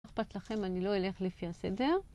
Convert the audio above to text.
אם אכפת לכם, אני לא אלך לפי הסדר.